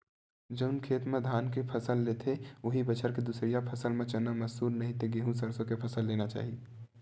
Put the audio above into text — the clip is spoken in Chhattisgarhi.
जउन खेत म धान के फसल लेथे, उहीं बछर के दूसरइया फसल म चना, मसूर, नहि ते गहूँ, सरसो के फसल लेना चाही